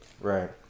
right